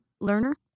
learner